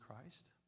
Christ